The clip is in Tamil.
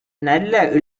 நல்ல